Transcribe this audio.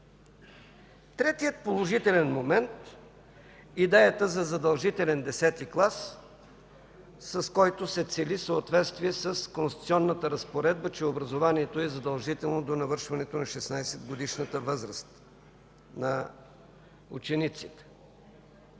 Третият положителен момент, идеята за задължителен десети клас, с който се цели съответствие с конституционната разпоредба, че образованието е задължително до навършването на 16-годишната възраст на учениците.